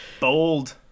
Bold